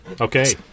okay